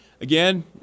Again